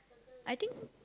I think